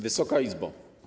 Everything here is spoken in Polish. Wysoka Izbo!